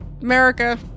America